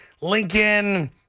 Lincoln